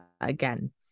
again